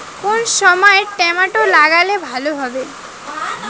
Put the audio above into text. কোন সময় টমেটো লাগালে ভালো হবে?